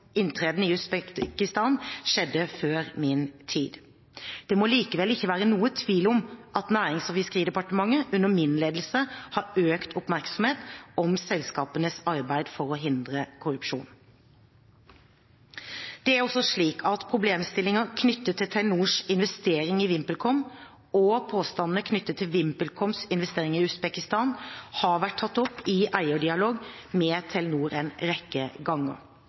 inntreden i Usbekistan skjedde før min tid. Det må likevel ikke være tvil om at Nærings- og fiskeridepartementet under min ledelse har økt oppmerksomhet om selskapenes arbeid for å hindre korrupsjon. Problemstillinger knyttet til Telenors investering i VimpelCom og påstandene knyttet til VimpelComs investering i Usbekistan har også vært tatt opp i eierdialog med Telenor en rekke ganger.